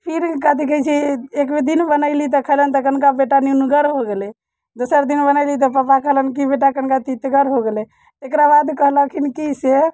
फिर कथि कहैत छी एक दिन बनयली तऽ कहलनि कनिका बेटा नुनगर हो गेलै दोसर दिन बनयली तऽ पापा कहलनि कि बेटा कनिका तितगर हो गेलै एकरा बाद कहलखिन कि से